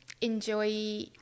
enjoy